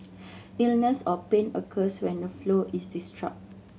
illness or pain occurs when the flow is